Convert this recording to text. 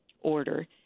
order